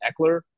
Eckler